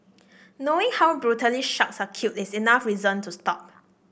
knowing how brutally sharks are killed is enough reason to stop